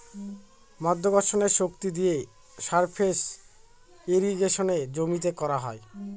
মাধ্যাকর্ষণের শক্তি দিয়ে সারফেস ইর্রিগেশনে জমিতে করা হয়